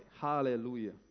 Hallelujah